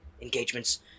engagements